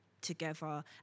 together